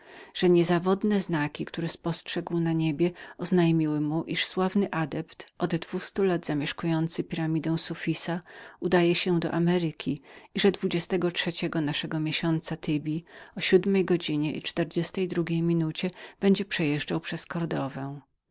że niezawodne znaki które spostrzegł na niebie oznajmiły mu że sławny adept od dwustu lat zamieszkujący piramidę saofisa wyjechał do ameryki i że dwudziestego trzeciego naszego miesiąca thybi o siódmej godzinie i czterdziestej drugiej minucie będzie przejeżdżał przez